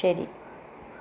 ശരി